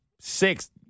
Six